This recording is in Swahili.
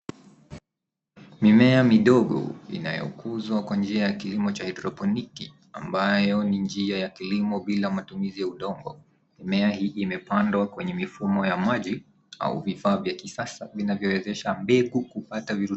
Mimea midogo inayokuzwa kwa njia ya kilimo cha hydroponiki, ambayo ni njia ya kilimo bila matumizi ya udongo. Mimea hii imepandwa kwenye mifumo ya maji au vifaa vya kisasa vinavyowezesha mbegu kupata virutubisho.